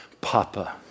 Papa